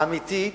האמיתית,